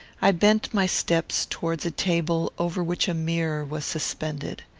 i bent my steps towards a table over which a mirror was suspended.